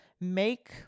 make